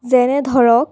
যেনে ধৰক